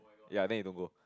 ya then you don't go